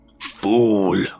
Fool